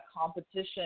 competition